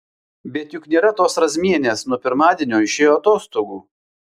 bet juk nėra tos razmienės nuo pirmadienio išėjo atostogų